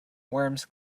worms